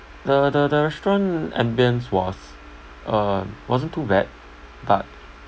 the the the restaurant ambience was uh wasn't too bad but